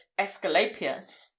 Escalapius